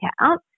out